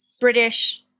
British